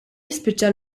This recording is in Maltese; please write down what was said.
jispiċċa